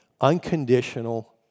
unconditional